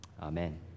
Amen